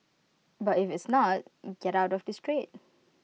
but if it's not get out of this trade